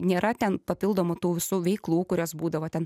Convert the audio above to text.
nėra ten papildomų tų visų veiklų kurios būdavo ten